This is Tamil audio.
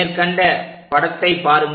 மேற்கண்ட படத்தை பாருங்கள்